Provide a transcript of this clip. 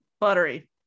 Buttery